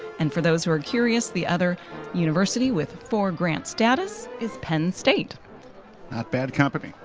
and for those who are curious, the other university with four-grant status is penn state. not bad company,